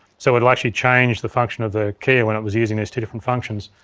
so it'll actually change the function of the keyer when it was using these two different functions.